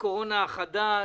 בוקר טוב.